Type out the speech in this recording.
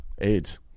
aids